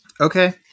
Okay